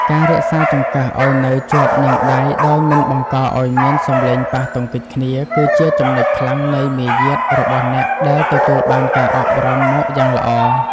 ការរក្សាចង្កឹះឱ្យនៅជាប់នឹងដៃដោយមិនបង្កឱ្យមានសំឡេងប៉ះទង្គិចគ្នាគឺជាចំណុចខ្លាំងនៃមារយាទរបស់អ្នកដែលទទួលបានការអប់រំមកយ៉ាងល្អ។